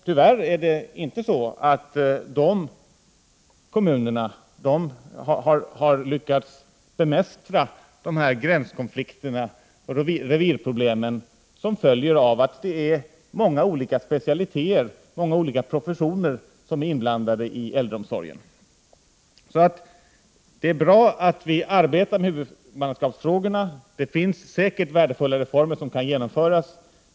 Tyvärr har man inte i dessa kommuner lyckats bemästra alla de gränskonflikter och revirproblem som följer av att det är många olika specialiteter och professioner som är inblandade i äldreomsorgen. Det är bra att vi arbetar med huvudmannaskapsfrågorna, och det finns säkert värdefulla reformer som kan genomföras.